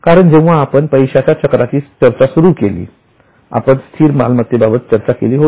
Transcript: कारण जेव्हा आपण पैशाचा चक्राची चर्चा सुरू केली आपण स्थिर मालमत्तेबाबत चर्चा केली होती